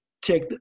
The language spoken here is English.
Take